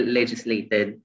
legislated